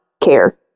care